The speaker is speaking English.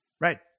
right